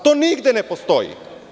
To nigde ne postoji.